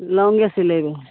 लॉन्गे सिलेबै